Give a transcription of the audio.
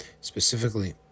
Specifically